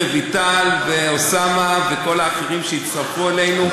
רויטל ואוסאמה וכל האחרים שהצטרפו אלינו,